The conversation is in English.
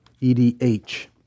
E-D-H